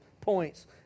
points